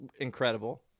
incredible